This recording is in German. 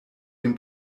dem